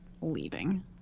leaving